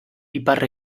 ipar